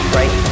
right